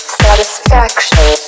satisfaction